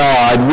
God